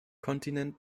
kontinent